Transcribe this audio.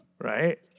Right